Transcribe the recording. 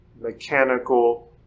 mechanical